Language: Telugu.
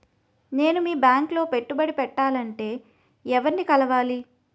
నేను మీ బ్యాంక్ లో పెట్టుబడి పెట్టాలంటే ఎవరిని కలవాలి?